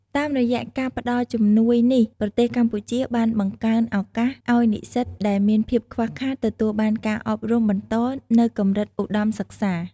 តាមរយៈ ការផ្ដល់ជំនួយនេះ ប្រទេសកម្ពុជាបានបង្កើនឱកាស ឱ្យនិស្សិតដែលមានភាពខ្វះខាតទទួលបានការអប់រំបន្តនៅកម្រិតឧត្តមសិក្សា។